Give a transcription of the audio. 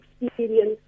experience